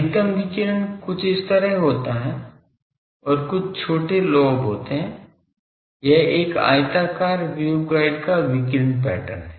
अधिकतम विकिरण कुछ इस तरह होता है और कुछ छोटे लोब होते हैं यह एक आयताकार वेवगाइड का विकिरण पैटर्न है